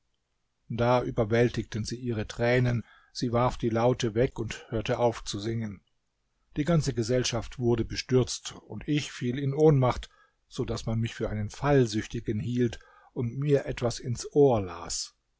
da überwältigten sie ihre tränen sie warf die laute weg und hörte auf zu singen die ganze gesellschaft wurde bestürzt und ich fiel in ohnmacht so daß man mich für einen fallsüchtigen hielt und mir etwas ins ohr las